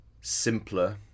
simpler